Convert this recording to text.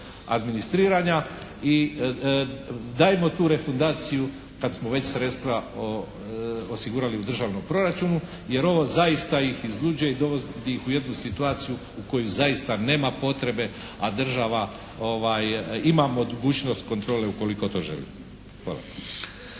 administriranja. I dajmo tu refundaciju kad smo već sredstva osigurali u državnom proračunu jer ovo zaista ih izluđuje i dovodi ih u jednu situaciju u koju zaista nema potrebe a država ima mogućnost kontrole ukoliko to želi. Hvala.